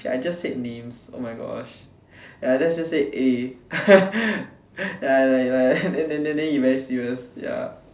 shit I just said names oh my gosh ya let's just say A ya like like then then then he very serious ya